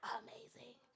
amazing